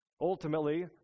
Ultimately